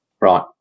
right